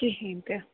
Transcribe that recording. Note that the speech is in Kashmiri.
کِہیٖنۍ تہِ